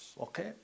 Okay